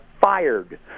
fired